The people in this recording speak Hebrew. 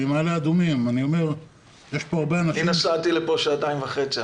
ממעלה אדומים --- אני נסעתי לפה היום שעתיים וחצי.